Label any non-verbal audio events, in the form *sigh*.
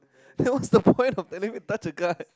*laughs* then what's the point of telling me to touch the card